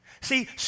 See